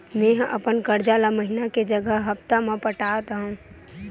मेंहा अपन कर्जा ला महीना के जगह हप्ता मा पटात हव